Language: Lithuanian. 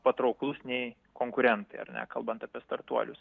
patrauklus nei konkurentai ar ne kalbant apie startuolius